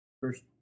first